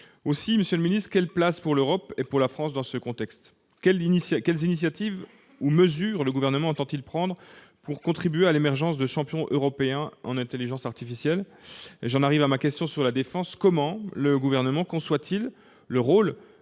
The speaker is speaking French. le secrétaire d'État, quelle place existe pour l'Europe et pour la France ? Quelles initiatives ou mesures le Gouvernement entend-il prendre pour contribuer à l'émergence de champions européens en intelligence artificielle ? J'en arrive à ma question sur la défense. Comment le Gouvernement conçoit-il le rôle